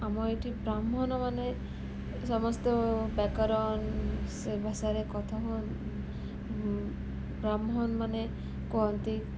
ଆମ ଏଇଠି ବ୍ରାହ୍ମଣମାନେ ସମସ୍ତେ ବ୍ୟାକରଣ ସେ ଭାଷାରେ କଥା ହୁଅନ ବ୍ରାହ୍ମଣମାନେ କୁହନ୍ତି